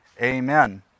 Amen